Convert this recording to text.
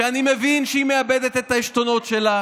שאני מבין שהיא מאבדת את העשתונות שלה,